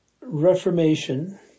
Reformation